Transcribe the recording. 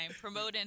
promoting